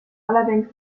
allerdings